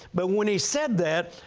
but when he said that,